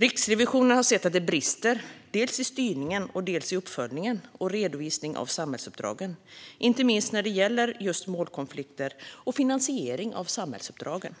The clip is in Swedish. Riksrevisionen har sett att det brister dels i styrningen, dels i uppföljningen och redovisningen av samhällsuppdragen, inte minst när det gäller just målkonflikter och finansiering av samhällsuppdragen.